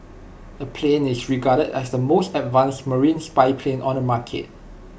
the plane is regarded as the most advanced marine spy plane on the market